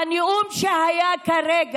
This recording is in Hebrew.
הנאום שהיה כרגע,